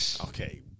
Okay